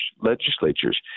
legislatures